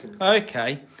okay